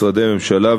משרדי הממשלה,